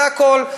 זה הכול.